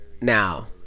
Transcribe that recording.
now